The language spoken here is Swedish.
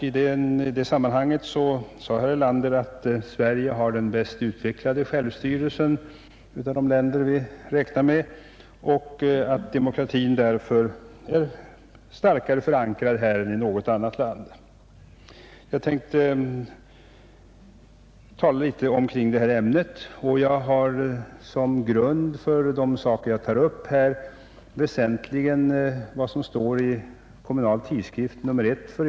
I det sammanhanget framhöll herr Erlander att Sverige har den bäst utvecklade självstyrelsen av de länder vi räknar med och att demokratin därför är starkare förankrad här än i något annat land. Jag tänkte tala litet kring detta ämne, och jag har då som grund väsentligen vad som står i Kommunal tidskrift nr 1 i år.